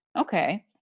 Okay